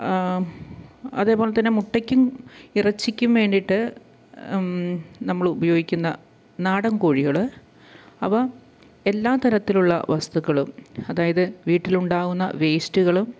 അതേപോലെത്തന്നെ മുട്ടയ്ക്കും ഇറച്ചിക്കും വേണ്ടിയിട്ട് നമ്മളുപയോഗിക്കുന്ന നാടൻ കോഴികള് അവ എല്ലാ തരത്തിലുള്ള വസ്തുക്കളും അതായത് വീട്ടിലുണ്ടാവുന്ന വേസ്റ്റുകളും